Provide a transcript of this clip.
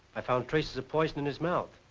i found traces of poison in his mouth.